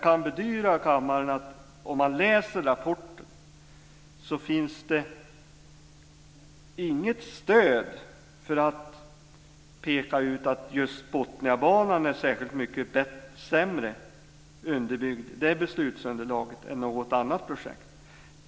Jag kan bedyra kammaren att om man läser rapporten så finns det inget stöd för att peka ut att beslutsunderlaget för just Botniabanan är särskilt mycket sämre underbyggt än för något annat projekt.